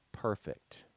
perfect